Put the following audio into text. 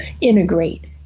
integrate